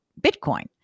Bitcoin